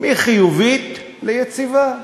מחיובית ליציבה.